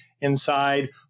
inside